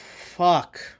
fuck